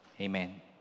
Amen